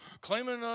claiming